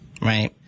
right